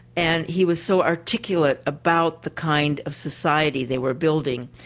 and he was so articulate about the kind of society they were building,